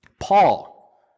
Paul